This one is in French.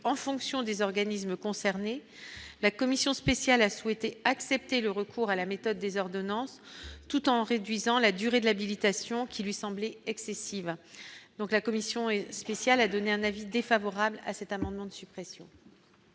fonction des organismes concernés, la commission spéciale a souhaité accepter le recours à la méthode des ordonnances, tout en réduisant la durée de l'habilitation qui lui semblait excessive donc la commission est spécial, a donné un avis défavorable à cet amendement de suppression.